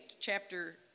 chapter